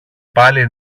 πάλι